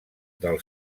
del